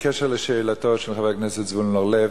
בעניין שאלתו של חבר הכנסת זבולון אורלב,